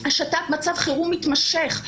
השתת מצב חירום מתמשך,